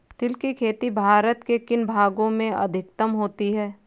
तिल की खेती भारत के किन भागों में अधिकतम होती है?